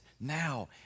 now